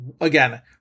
again